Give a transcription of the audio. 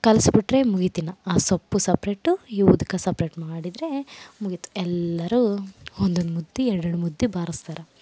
ಕಲಸ್ಬಿಟ್ರೆ ಮುಗಿತಿನ್ನು ಆ ಸೊಪ್ಪು ಸಪ್ರೇಟು ಈ ಉದಕ ಸಪ್ರೇಟ್ ಮಾಡಿದರೆ ಮುಗಿತು ಎಲ್ಲರು ಒಂದೊಂದು ಮುದ್ದೆ ಎರಡೆರಡು ಮುದ್ದೆ ಬಾರಿಸ್ತಾರ